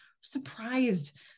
surprised